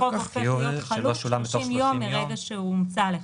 חוב הופך להיות חלוט 30 ימים מיום שהוא הומצא לך.